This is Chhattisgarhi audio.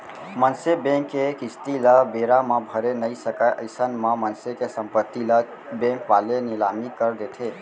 मनसे बेंक के किस्ती ल बेरा म भरे नइ सकय अइसन म मनसे के संपत्ति ल बेंक वाले लिलामी कर देथे